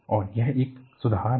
और यह एक सुधार है